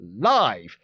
live